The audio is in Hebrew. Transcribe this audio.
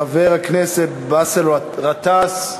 חבר הכנסת באסל גטאס.